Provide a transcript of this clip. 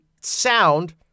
sound